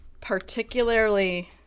particularly